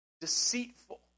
deceitful